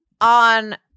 on